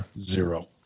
Zero